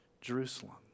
Jerusalem